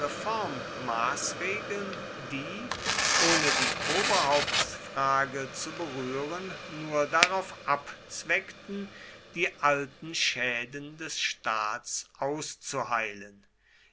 reformmaßregeln die ohne die oberhauptsfrage zu berühren nur darauf abzweckten die alten schäden des staats auszuheilen